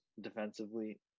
defensively